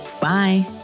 bye